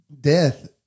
death